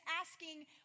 asking